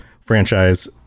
franchise